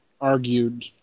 argued